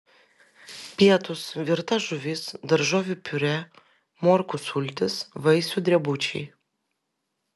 pietūs virta žuvis daržovių piurė morkų sultys vaisių drebučiai